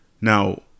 Now